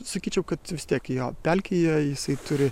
sakyčiau kad vis tiek jo pelkėje jisai turi